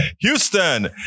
Houston